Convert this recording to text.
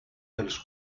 dels